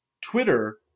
Twitter